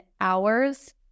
hours